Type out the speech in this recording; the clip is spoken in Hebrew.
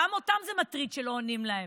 גם אותם זה מטריד שלא עונים להם.